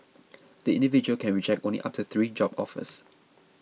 the individual can reject only up to three job offers